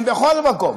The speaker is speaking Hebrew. הם בכל מקום,